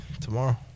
tomorrow